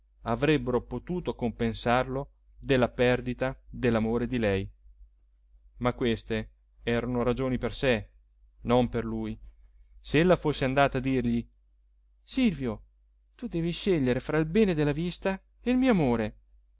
avrebbero potuto compensarlo della perdita dell'amore di lei ma queste erano ragioni per sé non per lui se ella fosse andata a dirgli silvio tu devi scegliere fra il bene della vista e il mio amore